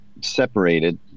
separated